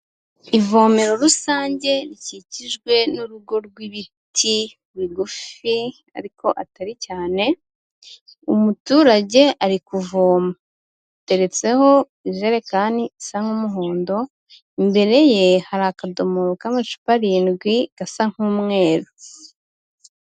Ivomero rusange rikikijwe n'urugo rw'ibiti bigufi ariko atari cyane, umuturage ari kuvoma ateretseho ijerekani isa nk'umuhondo, imbere ye hari akadomoro k'amacupa arindwi gasa nk'umweru.